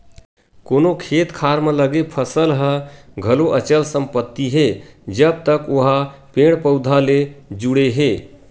कोनो खेत खार म लगे फसल ह घलो अचल संपत्ति हे जब तक ओहा पेड़ पउधा ले जुड़े हे